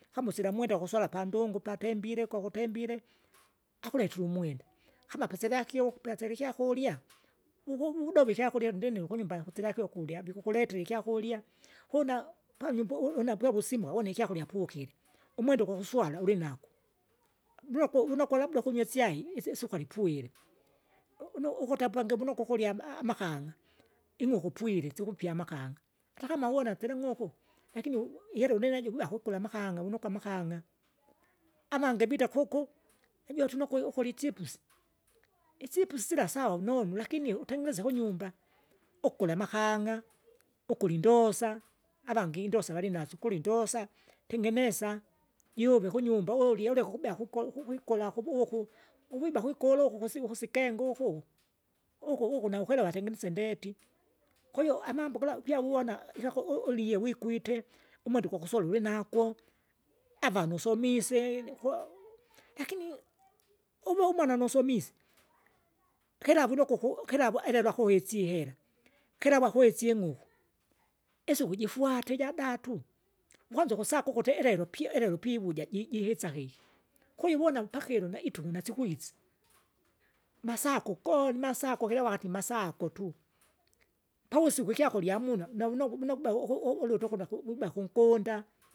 Kama usila mwenda kusola pandungu patembile kwakutembile, akuletire umwenda kama apo silakio ukupya silikyakurya, uvu udove ikyakurya ndini ukunyumba kusilakie ukurya vikuletera ikyakurya, kuna panyumba u- unapavusimuka une ikyakurya pukile. Umwenda ugwakuswala ulinago mloku unokwe labda ukunywa isyai isi- sukari pwire, u- unu ukuti apangi vunukwa ukurya ama- amakang'a ing'uku pwire sikupya amakanga makanga, atakama uwona, sila ng'uku lakini u- ihela ulinajo wiva kukula amakanga, wunukwa amakang'a. Avange vita kuku, ijo tunokwe ukurya ichipusi, isipusi sila sawa unonu lakini utengeneze kunyumba ukula amakang'a, ukula indosa avange indosa valinasyo, ukuli indosa, tengenesa, juve kunyumba ulya uleke kubea kuko kwikola kubuku uwiba kwikulu uku kusi ukusikenga ukuku, uku- ukunaukwelewa atengenise ndeti, kahiyo amambo gala upya wiwona ikyaku u- ulie wikwite, umwenda ugwakusola ulinago, avanu usomise kuau lakini, uvu umwana nusomisye, kilavu nukuku kilavu iliva akuhisi ihera, kilau akuisi ing'uku, isuku jifwate ijadatu, ukwanza ukusaka ukuti elelo pya elelo pivuja ji- jihisakeki, kwahiyo uwona upakilo naituku nasikwisa, masaku kuko masako kila wakati masako tu. Pavusiku ikyakurya amuna, navuno vunobao uku ulutu utukuda wiba kunkunda.